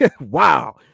wow